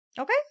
Okay